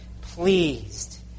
pleased